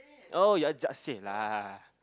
oh you just say lah